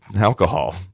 alcohol